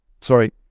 sorry